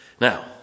Now